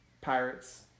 pirates